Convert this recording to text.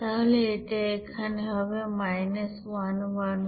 তাহলে এটা এখানে হবে 111759